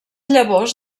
llavors